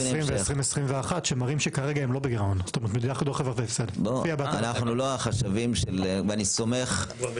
שמראים שכרגע הם לא בגירעון --- אנחנו לא החשבים שלהם,